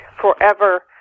forever